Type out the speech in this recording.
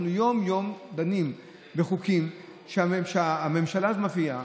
אנחנו יום-יום דנים בחוקים שהממשלה הזאת מביאה,